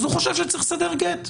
אז הוא חושב שצריך לסדר גט,